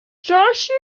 joshua